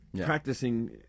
practicing